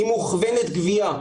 היא מוכוונת גבייה.